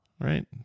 right